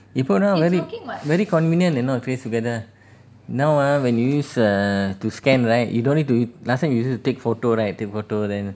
இப்போ நான்:ipo naan very very convenient you know trace together now ah when you use err to scan right you don't need to last time you take photo right take photo then